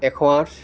এশ আঠ